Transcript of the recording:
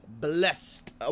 blessed